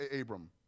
Abram